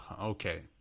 Okay